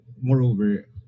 moreover